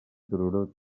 tururut